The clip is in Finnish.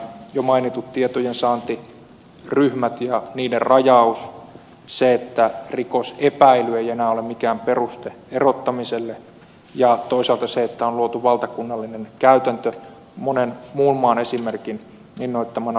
jo mainitut tietojensaantiryhmät ja niiden rajaus se että rikosepäily ei enää ole mikään peruste erottamiselle ja toisaalta se että on luotu valtakunnallinen käytäntö monen muun maan esimerkin innoittamana oikeusturvalautakunnasta